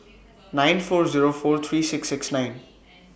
nine four Zero four three six six nine